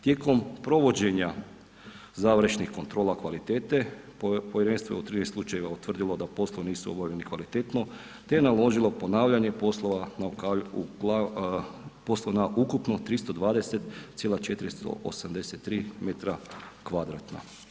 Tijekom provođenja završnih kontrola kvalitete, povjerenstvo je u 30 slučajeva utvrdilo da poslovi nisu obavljeni kvalitetno, te je naložilo ponavljanje poslova na ukupno 320,483 m2.